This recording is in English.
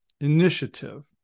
Initiative